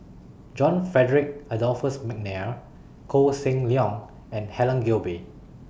John Frederick Adolphus Mcnair Koh Seng Leong and Helen Gilbey